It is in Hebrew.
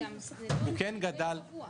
זה גם סעיף די קבוע.